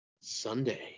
Sunday